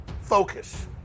Focus